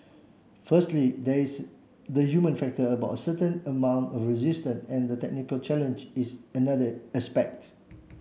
firstly there is the human factor about certain amount of resistance and the technical challenge is another aspect